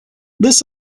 this